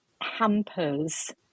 hampers